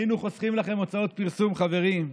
היינו חוסכים לכם הוצאות פרסום, חברים.